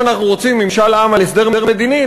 אם אנחנו רוצים משאל עם על הסדר מדיני,